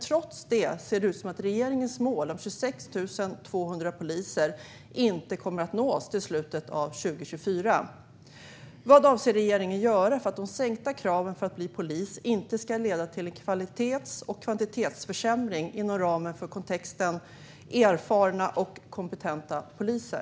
Trots detta ser det ut som att regeringens mål om 26 200 poliser inte kommer att nås till slutet av 2024. Vad avser regeringen att göra för att de sänkta kraven för att bli polis inte ska leda till kvalitets och kvantitetsförsämring inom ramen för kontexten erfarna och kompetenta poliser?